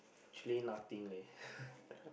actually nothing leh